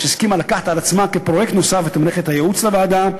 שהסכימה לקחת על עצמה כפרויקט נוסף את מלאכת הייעוץ לוועדה,